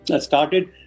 started